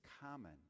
common